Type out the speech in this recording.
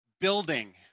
building